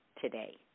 today